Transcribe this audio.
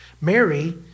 Mary